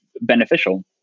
beneficial